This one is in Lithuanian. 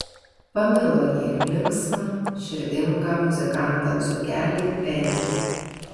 pamilo ji linksmą širdingą muzikantą dzūkelį edį